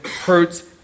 hurts